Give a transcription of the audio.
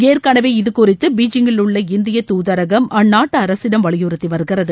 ஏற்கனவே இதுகுறித்து பிஜிங்கிலுள்ள இந்திய தூதரகம் அந்நாட்டு அரசிடம் வலியுறுத்தி வருகிறது